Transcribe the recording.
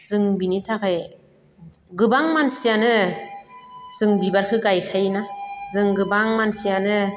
जों बिनि थाखाय गोबां मानसियानो जों बिबारखो गायखायोना जों गोबां मानसियानो